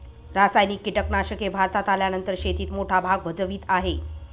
रासायनिक कीटनाशके भारतात आल्यानंतर शेतीत मोठा भाग भजवीत आहे